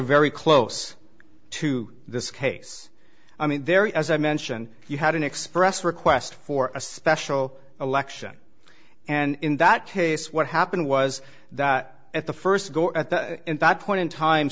very close to this case i mean there is as i mentioned you had an express request for a special election and in that case what happened was that at the first go at that point in time